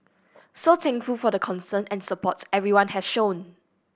so thankful for the concern and support everyone has shown